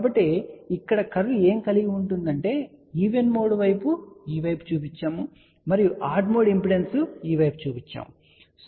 కాబట్టి ఇక్కడ కర్వ్ ఏమి కలిగి ఉందంటే ఈవెన్ మోడ్ ఈ వైపు చూపబడుతుంది మరియు ఆడ్ మోడ్ ఇంపెడెన్స్ ఈ వైపు చూపబడుతుంది